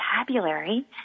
vocabulary